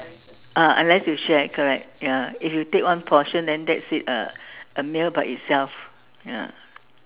ah unless you share correct ya if you take one portion then that's it a a meal by itself ya